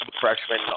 freshman